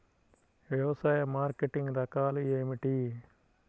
వ్యవసాయ మార్కెటింగ్ రకాలు ఏమిటి?